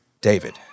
David